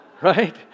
Right